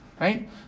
right